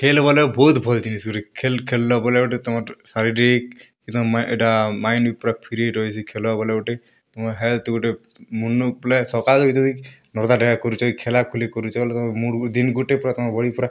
ଖେଲ୍ ବେଲେ ବହୁତ୍ ଭଲ୍ ଜିନିଷ୍ ଗୁଟେ ଖେଲ୍ ଖେଲ୍ଲା ବେଲେ ଗୁଟେ ତମର୍ ଶାରୀରିକ୍ ଇ'ଟା ମାଇଣ୍ଡ୍ ପୂରା ଫ୍ରୀ ରହେସି ଖେଲ୍ ବେଲେ ଗୁଟେ ତୁମର୍ ହେଲ୍ଥ୍ ଗୁଟେ ସକାଲେ ଯଦି ନର୍ଦାଡ଼େଗା କରୁଛ କି ଖେଲା ଖୁଲି କରୁଛ ବେଲେ ତମେ ମୁଡ଼୍ ଦିନ୍ ଗୁଟେ ପୁରା